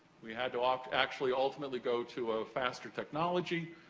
we had to ah actually ultimately go to a faster technology,